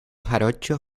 jarochos